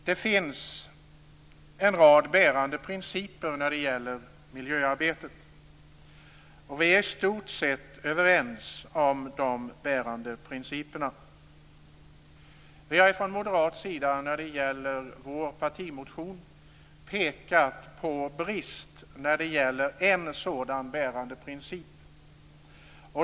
Det finns en rad bärande principer i miljöarbetet. Vi är i stort sett överens om de bärande principerna. Vi moderater har i vår partimotion pekat på brister när det gäller en sådan bärande princip.